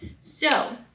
So-